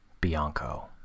Bianco